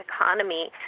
economy